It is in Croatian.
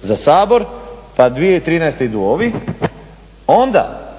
za Sabor, pa 2013. idu ovi, onda